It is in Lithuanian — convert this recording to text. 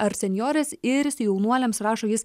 ar senjorės ir jaunuoliams rašo jis